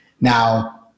now